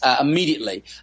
immediately